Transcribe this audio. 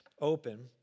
open